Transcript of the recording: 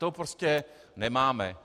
To prostě nemáme.